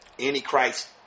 Antichrist